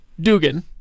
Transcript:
Dugan